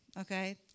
okay